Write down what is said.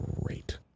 great